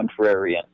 contrarian